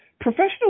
professional